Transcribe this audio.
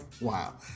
wow